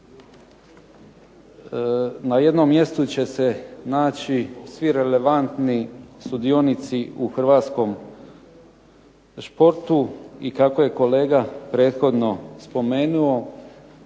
na jednom mjestu će se naći svi relevantni sudionici u hrvatskom športu i kako je kolega prethodno spomenuo